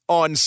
on